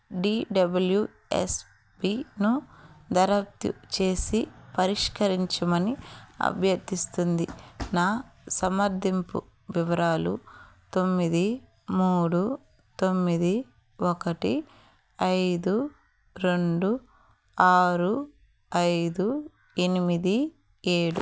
D W S పీను దర్యాప్తు చేసి పరిష్కరించమని అభ్యర్థిస్తుంది నా సంప్రదింపు వివరాలు తొమ్మిది మూడు తొమ్మిది ఒకటి ఐదు రెండు ఆరు ఐదు ఎనిమిది ఏడు